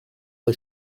des